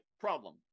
problem